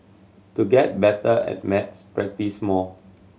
to get better at maths practise more